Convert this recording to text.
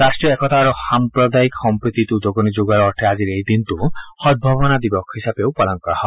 ৰাষ্ট্ৰীয় একতা আৰু সাম্প্ৰদায়িক সম্প্ৰীতিত উদগণি যোগোৱাৰ অৰ্থে আজিৰ এই দিনটো সদ্ভাৱনা দিৱস হিচাপেও পালন কৰা হয়